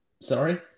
Sorry